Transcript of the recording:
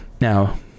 Now